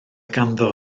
ganddo